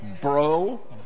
bro